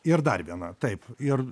ir dar viena taip ir